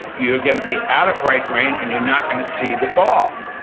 you're going to be out of right brain and you're not going to see the ball.